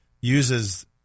uses